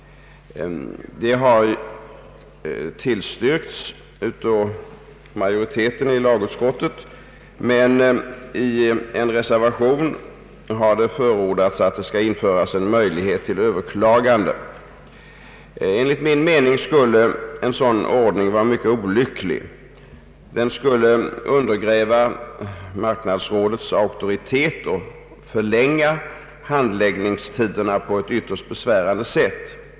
Detta har tillstyrkts av majoriteten i lagutskottet, men i en reservation har förordats att det skall införas en möjlighet till överklagande. Enligt min mening skulle en sådan ordning vara mycket olycklig. Den skulle undergräva marknadsrådets auktoritet och förlänga handläggningstiderna på ett ytterst besvärande sätt.